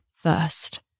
first